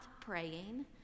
praying